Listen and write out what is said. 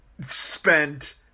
spent